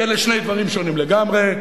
כי אלה שני דברים שונים לגמרי.